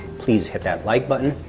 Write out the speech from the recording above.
please hit that like button,